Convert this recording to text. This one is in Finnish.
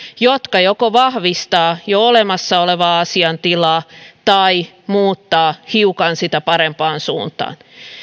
jotka joko vahvistavat jo olemassa olevaa asiantilaa tai muuttavat hiukan sitä parempaan suuntaan